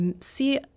see